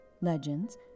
legends